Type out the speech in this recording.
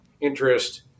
interest